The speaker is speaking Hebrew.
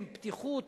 עם פתיחות,